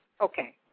Okay